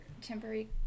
temporary